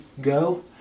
go